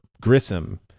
Grissom